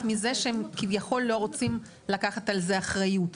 מזה שהם כביכול לא רוצים לקחת על זה אחריות.